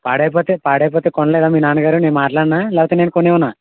పాడైపోతే పాడైపోతే కొనలేరా మీ నాన్న గారు నేను మాట్లాడనా లేకపోతే నేను కొనివ్వనా